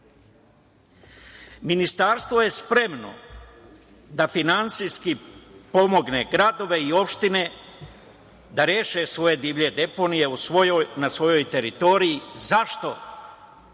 Srbiji. Ministarstvo je spremno da finansijski pomogne gradove i opštine da reše svoje divlje deponije na svojoj teritoriji. Zašto?